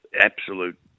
absolute